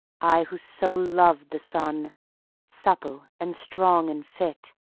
i who so loved the sun supple and strong and fit,